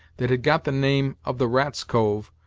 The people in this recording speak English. that had got the name of the rat's cove,